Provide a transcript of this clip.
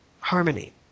harmony